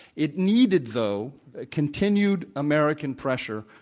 it needed, though continued american pressure,